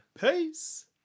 Peace